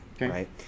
right